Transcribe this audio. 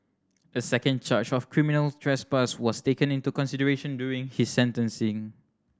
a second charge of criminal trespass was taken into consideration during his sentencing